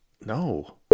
No